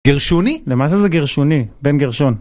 גרשוני? למעשה זה גרשוני, בן גרשון.